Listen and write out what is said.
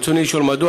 רצוני לשאול: א.